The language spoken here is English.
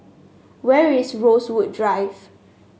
where is Rosewood Drive